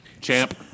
Champ